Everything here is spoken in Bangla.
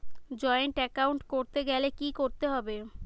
জয়েন্ট এ্যাকাউন্ট করতে গেলে কি করতে হবে?